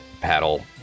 paddle